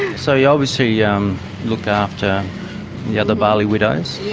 and so you obviously yeah um looked after the other bali widows,